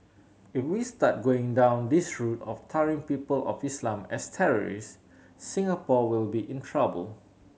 if we start going down this route of tarring people of Islam as terrorists Singapore will be in trouble